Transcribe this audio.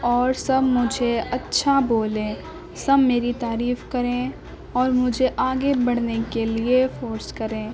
اور سب مجھے اچھا بولیں سب میری تعریف کریں اور مجھے آگے بڑھنے کے لیے فورس کریں